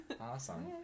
Awesome